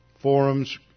Forums